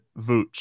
Vooch